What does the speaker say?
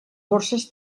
borses